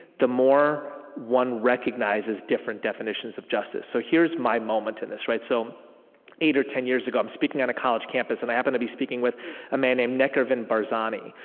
the more one recognizes different definitions of justice. so, here's my moment to this. so eight or ten years ago, i'm speaking on a college campus, and i happened to be speaking with a man named nechervan barzani,